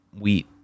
wheat